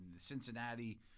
cincinnati